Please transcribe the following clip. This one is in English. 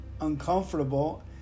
uncomfortable